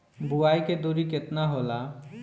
बुआई के दुरी केतना होला?